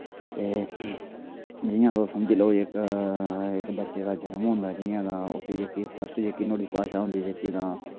ते जियां तुस समझी लाओ इक इक बच्चे दा जन्म होंदा जियां तां उस्सी जेह्की फर्स्ट जेह्की नोह्ड़ी भाशा होंदी जेह्की तां